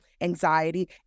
anxiety